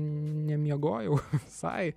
nemiegojau visai